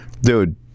dude